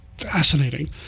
fascinating